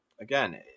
Again